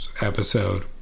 episode